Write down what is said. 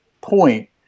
point